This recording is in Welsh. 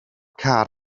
car